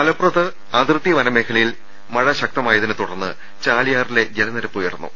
മലപ്പുറം അതിർത്തി വനമേഖല യിൽ മഴ ശക്തമായതിനെ തുടർന്ന് ചാലിയാറിലെ ജലനിരപ്പ് ഉയർന്നു